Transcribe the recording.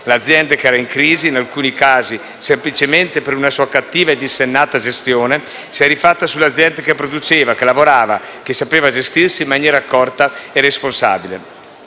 L'azienda che era in crisi, in alcuni casi semplicemente per una sua cattiva e dissennata gestione, si è rifatta sull'azienda che produceva, che lavorava, che sapeva gestirsi in maniera accorta e responsabile.